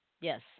yes